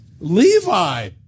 Levi